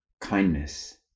kindness